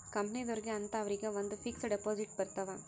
ಕಂಪನಿದೊರ್ಗೆ ಅಂತ ಅವರಿಗ ಒಂದ್ ಫಿಕ್ಸ್ ದೆಪೊಸಿಟ್ ಬರತವ